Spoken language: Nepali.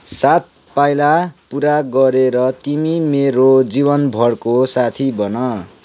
सात पाइला पुरा गरेर तिमी मेरो जीवनभरको साथी बन